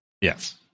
Yes